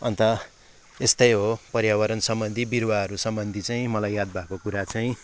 अन्त यस्तै हो पर्यावरण सम्बन्धी बिरुवाहरू सम्बन्धी चाहिँ मलाई याद भएको कुरा चाहिँ